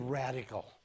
radical